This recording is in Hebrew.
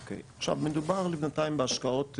אוקיי עכשיו מדובר ביניים בהשקעות,